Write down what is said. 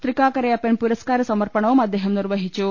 തൃക്കാക്കരയ പ്പൻ പുരസ്കാര സമർപ്പണവും അദ്ദേഹം നിർവഹിച്ചു